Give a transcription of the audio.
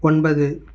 ஒன்பது